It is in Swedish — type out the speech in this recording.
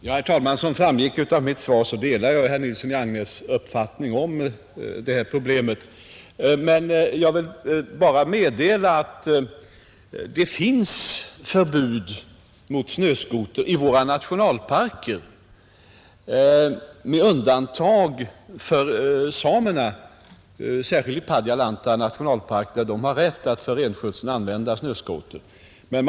Herr talman! Som framgår av mitt svar delar jag herr Nilssons i Agnäs uppfattning om detta problem. Jag kan också meddela att det råder förbud mot körning med snöskoter i våra nationalparker, med undantag för samerna i Padjelanta nationalpark, De har där rätt att använda snöskoter vid renskötseln.